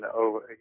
over